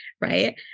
right